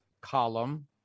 column